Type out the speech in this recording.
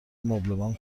مبلمان